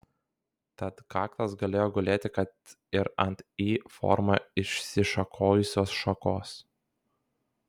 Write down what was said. tad kaklas galėjo gulėti kad ir ant y forma išsišakojusios šakos